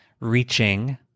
reaching